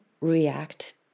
react